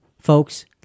Folks